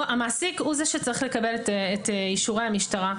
המעסיק הוא זה שצריך לקבל את אישורי המשטרה.